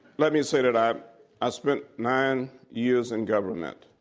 let me say that i i spent nine years in government,